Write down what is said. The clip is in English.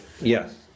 Yes